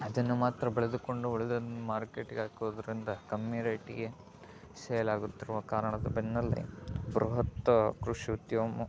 ಅದನ್ನು ಮಾತ್ರ ಬೆಳೆದುಕೊಂಡು ಉಳಿದನ್ನು ಮಾರ್ಕೆಟ್ಗೆ ಹಾಕೋದರಿಂದ ಕಮ್ಮಿ ರೇಟಿಗೆ ಸೇಲ್ ಆಗುತ್ತಿರುವ ಕಾರಣದ ಬೆನ್ನಲ್ಲೇ ಬೃಹತ್ ಕೃಷಿ ಉದ್ಯಮ